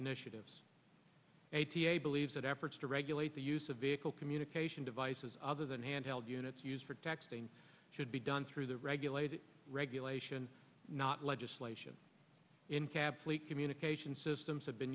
initiatives eighty eight believes that efforts to regulate the use of vehicle communication devices other than handheld units used for texting should be done through the regulated regulation not legislation in cab fleet communication systems have been